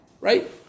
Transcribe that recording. Right